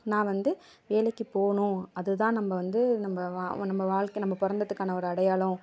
நான் வந்து வேலைக்கு போகணும் அது தான் நம்ம வந்து நம்ம நம்ம வாழ்க்கை நம்ம பிறந்ததுக்கான ஒரு அடையாளம்